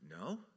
No